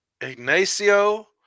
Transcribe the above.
Ignacio